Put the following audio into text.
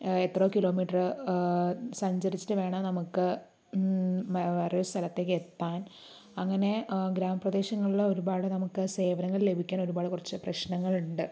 എത്രയോ കിലോമീറ്റർ സഞ്ചരിച്ചിട്ട് വേണം നമുക്ക് വേറൊരു സ്ഥലത്തേക്കെത്താൻ അങ്ങനെ ഗ്രാമപ്രദേശങ്ങളില് ഒരുപാട് നമുക്ക് സേവനങ്ങൾ ലഭിക്കാൻ ഒരുപാട് കുറച്ച് പ്രശ്നങ്ങളുണ്ട്